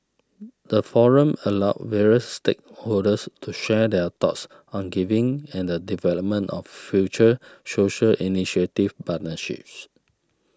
the forum allowed various stakeholders to share their thoughts on giving and the development of future social initiative partnerships